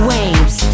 Waves